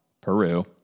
Peru